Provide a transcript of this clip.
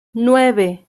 nueve